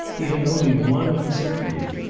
he had only one uncertainty.